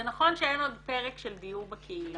זה נכון שאין עוד פרק של דיור בקהילה,